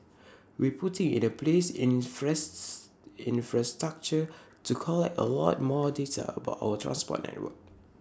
we're putting in place infrastructure to collect A lot more data about our transport network